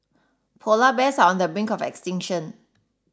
Polar Bears are on the brink of extinction